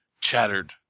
chattered